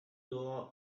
door